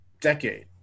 decade